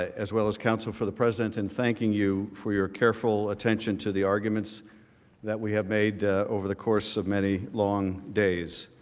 as well as counsel for the president in thanking you for your careful attention to the arguments that we have made over the course of many long days.